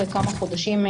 אחרי כמה חודשים,